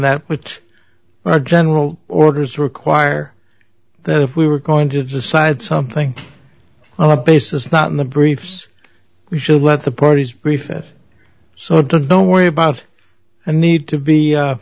that which are general orders require that if we were going to decide something on a basis not in the briefs we should let the parties brief so don't worry about a need to be